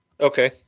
Okay